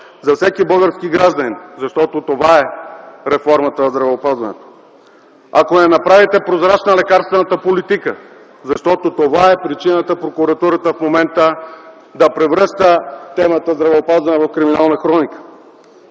за всеки български гражданин, защото това е реформата в здравеопазването. Ако не направите прозрачна лекарствената политика, защото това е причината прокуратурата в момента да превръща темата здравеопазване в криминална хроника.